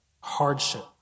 hardship